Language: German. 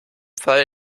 fall